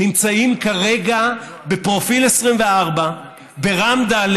נמצאים כרגע בפרופיל 24 בר"ם ד'